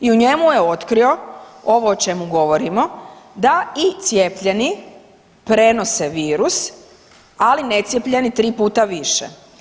I u njemu je otkrio ovo o čemu govorimo da i cijepljeni prenose virus, ali necijepljeni 3 puta više.